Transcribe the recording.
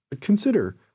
consider